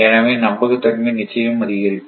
எனவே நம்பகத்தன்மை நிச்சயம் அதிகரிக்கும்